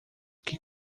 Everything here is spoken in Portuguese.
que